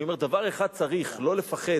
אני אומר, דבר אחד צריך: לא לפחד,